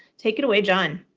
take it away, john?